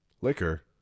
Liquor